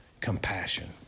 Compassion